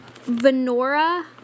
Venora